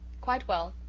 quite well.